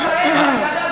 גדלתי שם.